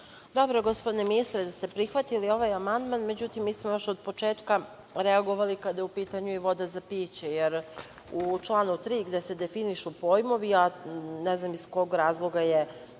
Dobro je, gospodine ministre, da ste prihvatili ovaj amandman. Međutim, mi smo još od početka reagovali kada je u pitanju i voda za piće, jer u članu 3. gde se definišu pojmovi, a ne znam iz kog razloga je